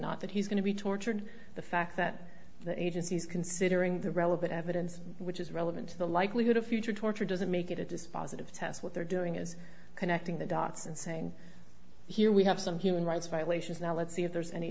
not that he's going to be tortured the fact that the agency is considering the relevant evidence which is relevant to the likelihood of future torture doesn't make it a dispositive test what they're doing is connecting the dots and saying here we have some human rights violations now let's see if there's any